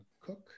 Cook